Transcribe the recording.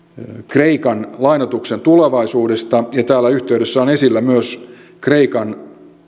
kreikan lainoituksen tulevaisuudesta ja siinä yhteydessä on esillä myös kreikan